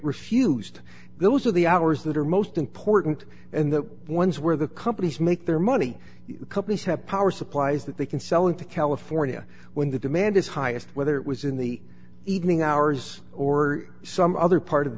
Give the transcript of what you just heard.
refused those are the hours that are most important and the ones where the companies make their money the companies have power supplies that they can sell into california when the demand is highest whether it was in the evening hours or some other part of the